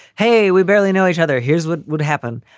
hey, we barely know each other. here's what would happen.